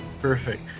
Perfect